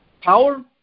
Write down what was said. Power